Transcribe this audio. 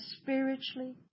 spiritually